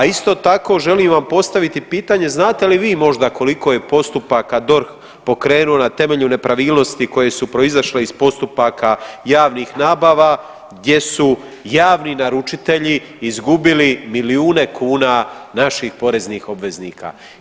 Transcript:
A isto tako želim vam postaviti pitanje znate li vi možda koliko je postupaka DORH pokrenuo na temelju nepravilnosti koje su proizašle iz postupaka javnih nabava gdje su javni naručitelji izgubili milijune kuna naših poreznih obveznika?